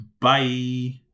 Bye